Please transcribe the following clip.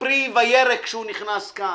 פרי וירק כשהוא נכנס כאן.